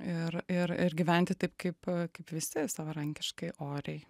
ir ir ir gyventi taip kaip kaip visi savarankiškai oriai